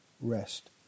rest